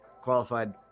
qualified